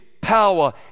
power